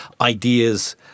ideas